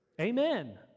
Amen